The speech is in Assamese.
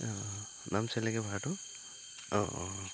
অঁ ভাড়াটো অঁ অঁ অঁ